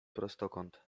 prostokąt